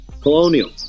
Colonial